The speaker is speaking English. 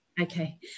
Okay